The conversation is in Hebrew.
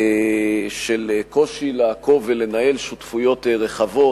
של קושי לעקוב ולנהל שותפויות רחבות,